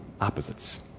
opposites